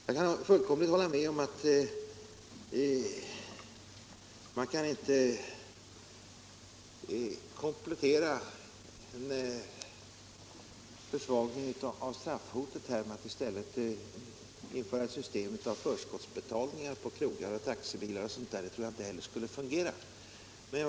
Jag kan fullkomligt hålla med om att man inte kan uppväga en försvagning av straffhotet med att i stället införa ett system med förskottsbetalning på krogar och i taxibilar. Det tror jag inte skulle fungera.